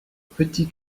petits